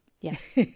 Yes